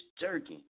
jerking